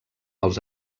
els